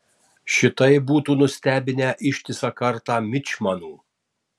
šitai būtų nustebinę ištisą kartą mičmanų